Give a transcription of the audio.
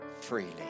freely